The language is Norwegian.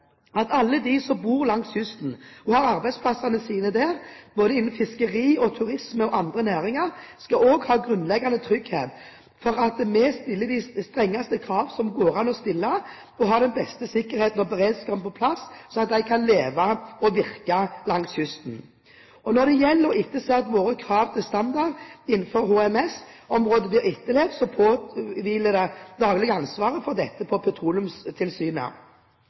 at alle de som bor langs kysten og har arbeidsplassene sine der, både innen fiskeri, turisme og andre næringer, også skal ha grunnleggende trygghet for at vi stiller de strengeste krav som det går an å stille, og har den beste sikkerheten og beredskapen på plass, slik at man kan leve og virke langs kysten. Når det gjelder å etterse at våre krav til standarder innenfor HMS-området blir etterlevd, påhviler det Petroleumstilsynet å ha det daglige ansvaret for dette. Petroleumstilsynet